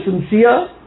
sincere